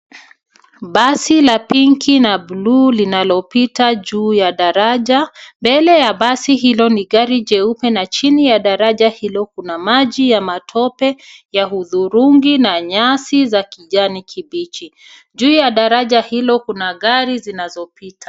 Basi la pinki na buluu linalopita mbele ya daraja. Mbele ya basi hilo ni gari jeupe na chini ya daraja hilo kuna maji ya matope ya hudhurungi na nyasi za kijani kibichi. Juu ya daraja hilo kuna gari zinazopita.